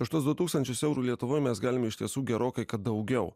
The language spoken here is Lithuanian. už tuos du tūkstančius eurų lietuvoj mes galime iš tiesų gerokai kad daugiau